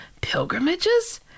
pilgrimages